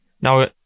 Now